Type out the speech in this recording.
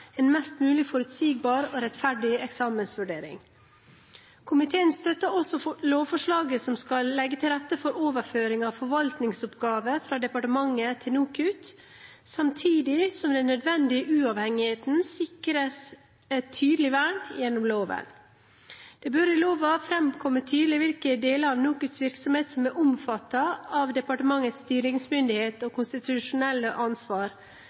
en mest mulig forutsigbar og rettferdig eksamensvurdering. Komiteen støtter også lovforslaget som skal legge til rette for overføring av forvaltningsoppgaver fra departementet til NOKUT, samtidig som den nødvendige uavhengigheten sikres et tydelig vern gjennom loven. Det bør i loven framkomme tydelig hvilke deler av NOKUTs virksomhet som er omfattet av departementets styringsmyndighet og konstitusjonelle ansvar,